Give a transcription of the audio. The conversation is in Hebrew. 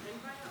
אין בעיה.